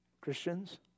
Christians